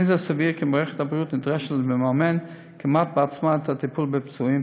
לא סביר שמערכת הבריאות נדרשת לממן כמעט בעצמה את הטיפול בפצועים,